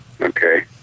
Okay